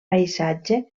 paisatge